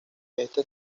este